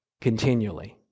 continually